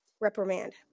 reprimand